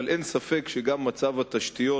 אבל אין ספק שמצב התשתיות,